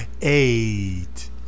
Eight